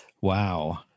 Wow